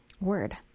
word